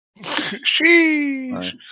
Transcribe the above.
sheesh